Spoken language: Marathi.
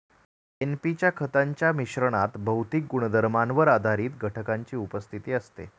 एन.पी च्या खतांच्या मिश्रणात भौतिक गुणधर्मांवर आधारित घटकांची उपस्थिती असते